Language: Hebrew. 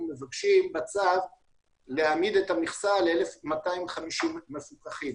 מבקשים בצו להעמיד את המכסה ל-1250 מפוקחים.